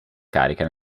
carica